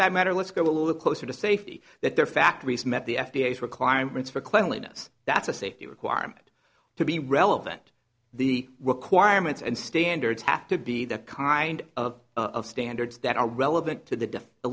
that matter let's go a little closer to safety that their factories met the f d a requirements for cleanliness that's a safety requirement to be relevant the requirements and standards have to be the kind of of standards that are relevant to the